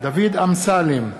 דוד אמסלם,